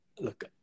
look